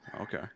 Okay